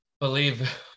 believe